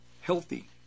healthy